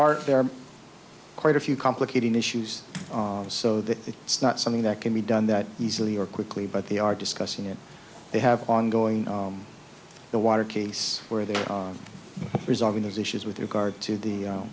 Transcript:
are there are quite a few complicating issues so that it's not something that can be done that easily or quickly but they are discussing it they have ongoing the water case where they're resolving those issues with regard to the